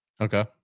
Okay